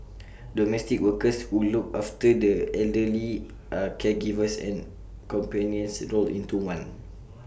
domestic workers who look after the elderly are caregivers and companions rolled into one